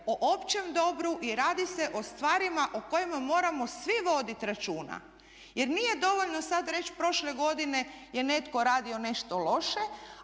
o općem dobru i radi se o stvarima o kojima moramo svi vodit računa. Jer nije dovoljno sad reći prošle godine je netko radio nešto loše,